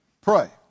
Pray